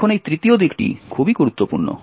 এখন এই তৃতীয় দিকটি খুবই গুরুত্বপূর্ণ